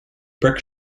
brick